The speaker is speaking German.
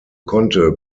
konnte